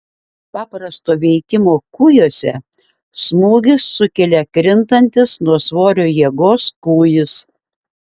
paprasto veikimo kūjuose smūgį sukelia krintantis nuo svorio jėgos kūjis